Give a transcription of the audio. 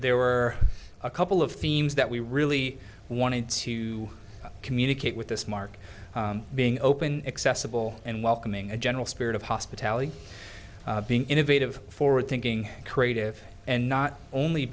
there were a couple of themes that we really wanted to communicate with this market being open accessible and welcoming a general spirit of hospitality being innovative forward thinking creative and not only